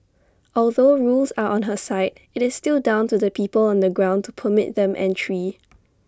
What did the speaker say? although rules are on her side IT is still down to the people on the ground to permit them entry